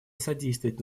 содействовать